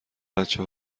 بچه